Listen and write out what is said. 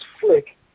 flick